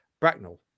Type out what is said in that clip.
Bracknell